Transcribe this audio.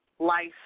life